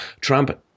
Trump